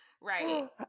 Right